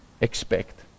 expect